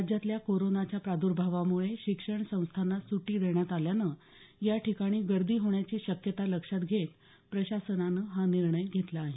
राज्यातल्या कोरोनाच्या प्रादर्भावामुळे शिक्षण संस्थांना सुटी देण्यात आल्यानं या ठिकाणी गर्दी होण्याची शक्यता लक्षात घेत प्रशासनानं हा निर्णय घेतला आहे